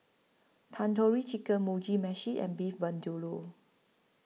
Tandoori Chicken Mugi Meshi and Beef Vindaloo